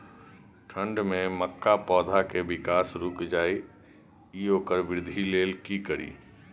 ठंढ में मक्का पौधा के विकास रूक जाय इ वोकर वृद्धि लेल कि करी?